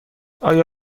آیا